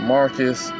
Marcus